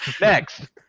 Next